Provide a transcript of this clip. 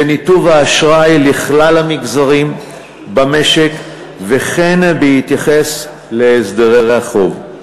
לניתוב האשראי לכלל המגזרים במשק וכן בהתייחס להסדרי החוב.